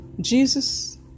jesus